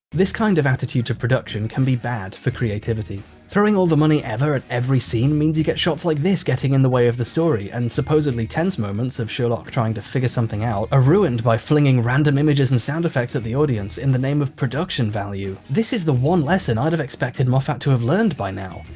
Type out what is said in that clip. this kind of attitude to production can be bad for creativity throwing all the money ever at every scene means you get shots like this getting in the way of the story and supposedly tense moments of sherlock trying to figure something out, are ruined by flinging random images and sound effects at the audience in the name of production value. this is the one lesson i'd have expected moffat to have learned by now.